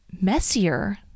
messier